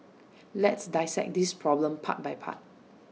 let's dissect this problem part by part